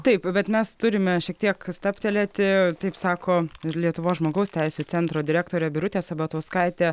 taip bet mes turime šiek tiek stabtelėti taip sako ir lietuvos žmogaus teisių centro direktorė birutė sabatauskaitė